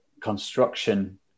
construction